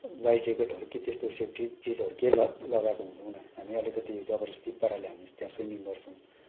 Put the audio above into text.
life ज्याकेटहरू के त्यस्तो सेफ्टी चिजहरू केही ल लगाएको हुँदैनौँ हामी अलिकति जबरजस्ती पाराले हामी त्यहाँ स्विमिङ गर्छौँ